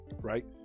right